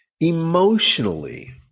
Emotionally